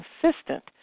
consistent